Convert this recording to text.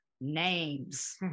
names